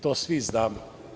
To svi znamo.